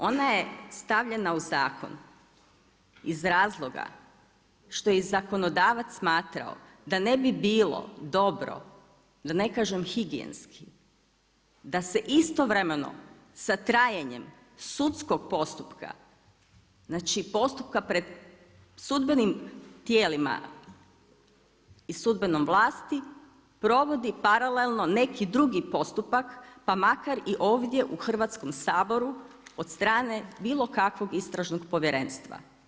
Ona je stavljena u zakon, iz razloga što je zakonodavac smatrao, da ne bi bilo dobro, da ne kažem higijenski da se istovremeno sa trajanjem sudskog postupka, znači postupka pred sudbenim tijelima i sudbenom vlasti provodi paralelno neki drugi postupak pa makar i ovdje u Hrvatskom saboru od strane bilo kakovog istražnog povjerenstva.